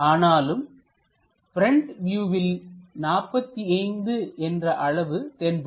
ஆனாலும் ப்ரெண்ட் வியூவில் 45 என்ற அளவும் தென்படும்